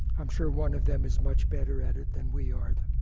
i'm sure one of them is much better at it than we are.